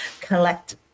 collect